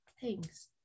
thanks